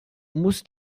muss